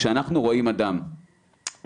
כשאנחנו רואים אדם שמתאר,